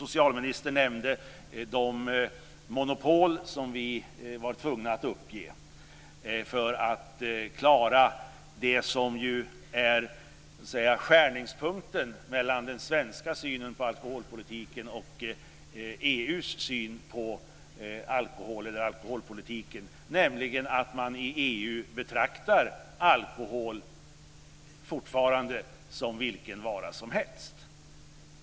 Socialministern nämnde de monopol som vi varit tvungna att ge upp för att klara skärningspunkten mellan den svenska synen och EU:s syn på alkoholpolitiken, nämligen att man i EU fortfarande betraktar alkohol som vilken vara som helst.